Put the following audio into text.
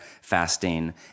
fasting